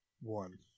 one